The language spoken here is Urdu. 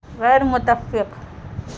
غیر متفق